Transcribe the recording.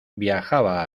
viajaba